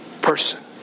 person